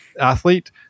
athlete